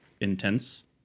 intense